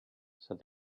said